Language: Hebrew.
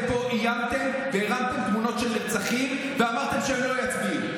אתם איימתם והרמתם תמונות של נרצחים ואמרתם שהם לא יצביעו,